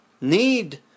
need